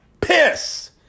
piss